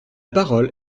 parole